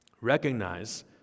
Recognize